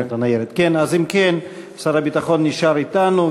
אם כן, שר הביטחון נשאר אתנו.